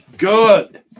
Good